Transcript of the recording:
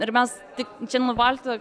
ir mes tik čia nuvalkiota